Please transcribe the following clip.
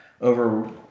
over –